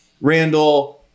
Randall